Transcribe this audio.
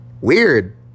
weird